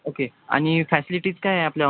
okay आणि facilities काय आहे आपल्या